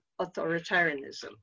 authoritarianism